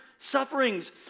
Sufferings